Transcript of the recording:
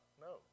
no